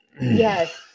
Yes